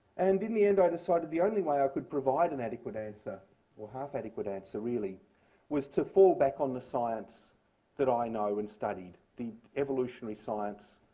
and in the end, i decided the only way i could provide an adequate answer or half-adequate answer, really was to fall back on the science that i know and studied, the evolutionary science.